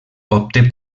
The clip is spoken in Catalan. obté